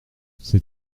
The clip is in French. c’est